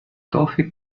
toffee